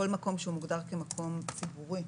כל מקום שמוגדר כמקום ציבורי,